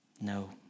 No